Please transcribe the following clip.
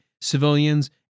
civilians